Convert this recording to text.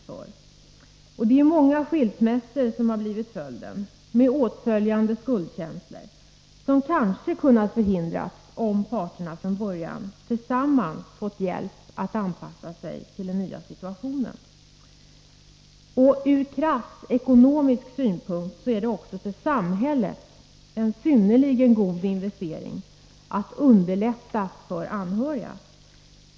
Många skilsmässor — med åtföljande skuldkänslor — har blivit följden, och de hade kanske kunnat förhindras, om parterna från början tillsammans fått hjälp att anpassa sig till den nya situationen. Ur krasst ekonomisk synpunkt är det också för samhället en synnerligen god investering att underlätta för anhöriga.